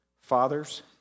Fathers